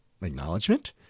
acknowledgement